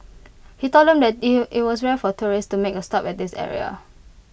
he told them that IT it was rare for tourists to make A stop at this area